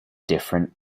different